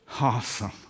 Awesome